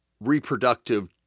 reproductive